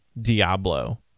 Diablo